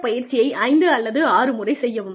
இந்த பயிற்சியை ஐந்து அல்லது ஆறு முறை செய்யவும்